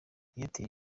airtel